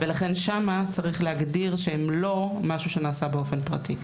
לכן שם צריך להגדיר שהן לא משהו שנעשה באופן פרטי.